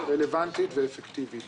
רלבנטית ואפקטיבית.